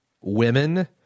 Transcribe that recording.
women